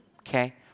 okay